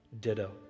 Ditto